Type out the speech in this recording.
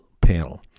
Panel